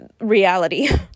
reality